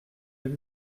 deux